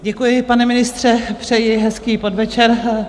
Děkuji, pane ministře, přeji hezký podvečer.